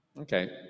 okay